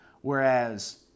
whereas